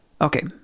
Okay